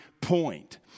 point